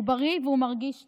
שהוא בריא ומרגיש טוב.